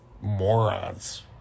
morons